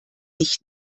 nicht